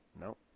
No